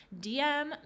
DM